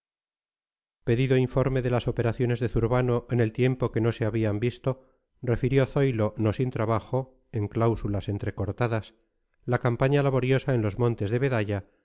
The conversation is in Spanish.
pedido informe de las operaciones de zurbano en el tiempo que no se habían visto refirió zoilo no sin trabajo en cláusulas entrecortadas la campaña laboriosa en los montes de bedaya